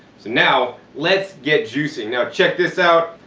so now let's get juicing. now check this out,